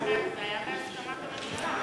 זה היה בהסכמת הממשלה.